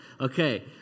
okay